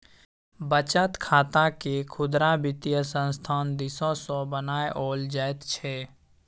बचत खातकेँ खुदरा वित्तीय संस्थान दिससँ बनाओल जाइत छै